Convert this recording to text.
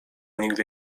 nigdy